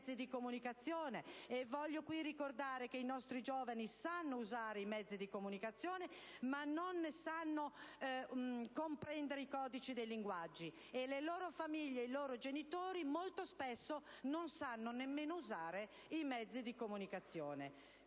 Voglio qui ricordare che i nostri giovani sanno usare i mezzi di comunicazione ma non ne sanno comprendere i codici di linguaggio, mentre le loro famiglie, i loro genitori molto spesso non sanno nemmeno usare i mezzi di comunicazione.